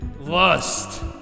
Lust